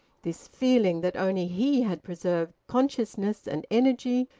this feeling that only he had preserved consciousness and energy,